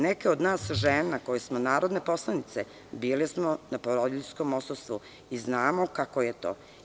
Neke od nas žena, koje smo narodne poslanice, bile smo na porodiljskom odsustvu i znamo kako je to.